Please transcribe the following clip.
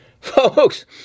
Folks